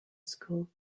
school